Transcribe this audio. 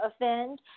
offend